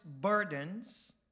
burdens